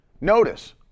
Notice